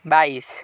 बाइस